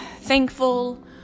thankful